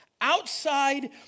outside